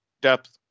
depth